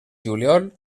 juliol